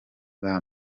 kwicwa